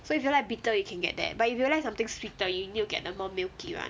so if you like bitter you can get that but if you like something sweeter you'll need to get the more milk [one]